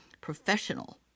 professional